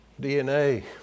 DNA